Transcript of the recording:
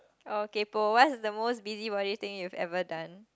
okay bro what is the most busybody thing you ever done